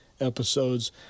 episodes